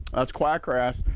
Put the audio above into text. that's quack grass,